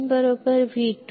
ಏಕೆಂದರೆ V1V2 ಆಗಿದೆ ಸರಿಯೇ